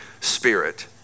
Spirit